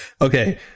Okay